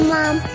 Mom